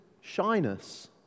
shyness